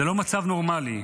זה לא מצב נורמלי.